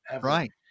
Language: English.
right